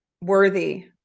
worthy